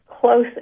close